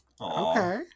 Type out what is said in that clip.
okay